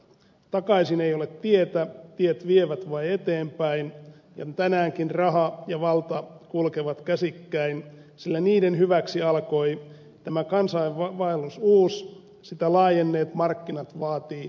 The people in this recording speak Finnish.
takaisin ei ole tietä tiet vievät vain eteenpäin ja tänäänkin raha ja valta kulkevat käsikkäin sillä niiden hyväksi alkoi tämä kansainvaellus uus sitä laajenneet markkinat vaati ja kasvava teollisuus